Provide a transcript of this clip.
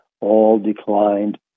All-declined